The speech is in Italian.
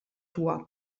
tua